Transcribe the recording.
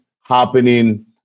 happening